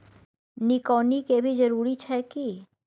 निकौनी के भी जरूरी छै की?